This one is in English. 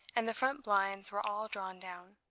and the front blinds were all drawn down.